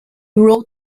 wrote